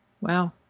Wow